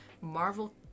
Marvel